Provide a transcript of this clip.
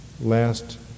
last